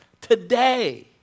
today